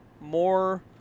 more